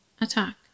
attack